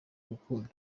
urukundo